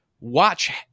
watch